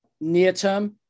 near-term